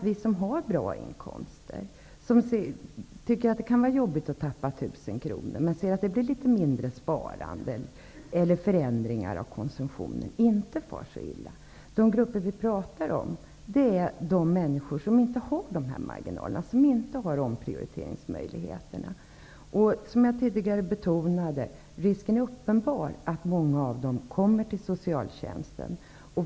Vi som har bra inkomster men som kan tycka att det är jobbigt att tappa 1 000 kr, för det blir ju litet mindre som kan sparas eller en förändrad konsumtion, far kanske inte så illa. De grupper vi talar om är däremot människor som inte har samma marginaler, som inte har möjligheter att prioritera på annat sätt. Som jag tidigare betonat är risken uppenbar att många av de här människorna kommer till socialtjänsten.